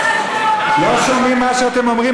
לא שומעים מה שאתם אומרים,